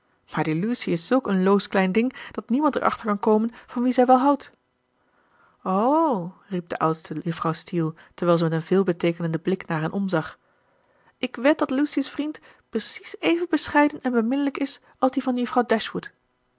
maar die lucy is zulk een loos klein ding dat niemand er achter kan komen van wien zij wel houdt o riep de oudste juffrouw steele terwijl ze met een veelbeteekenenden blik naar hen omzag ik wed dat lucy's vriend precies even bescheiden en beminnelijk is als die van juffrouw